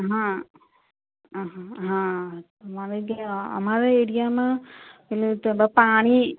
હા હા અમારે ત્યાં અમારે એરિયામાં એટલે તો પાણી